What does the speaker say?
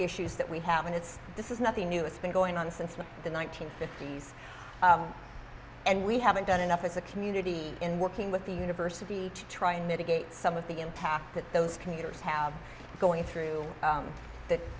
issues that we have and it's this is nothing new it's been going on since the one nine hundred fifty s and we haven't done enough as a community in working with the university to try and mitigate some of the impact that those commuters have going through that